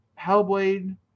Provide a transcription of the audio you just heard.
Hellblade